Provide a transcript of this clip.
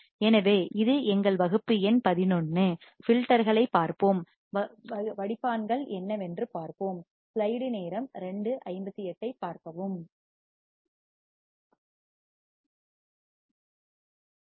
எனவே இது எங்கள் வகுப்பு எண் 11 ஃபில்டர்களைப் பார்ப்போம் வடிப்பான்கள் ஃபில்டர்கள் என்னவென்று பார்ப்போம்